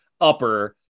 upper